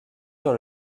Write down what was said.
sur